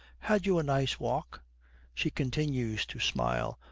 had you a nice walk she continues to smile,